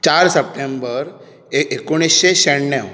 चार सप्टेंबर एकोणिशें श्याणव